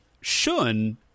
Shun